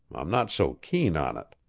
i'm not so keen on it.